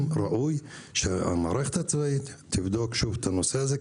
וראוי שהמערכת הצבאית תבדוק שוב את הנושא הזה,